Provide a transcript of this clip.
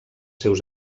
seus